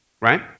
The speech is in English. Right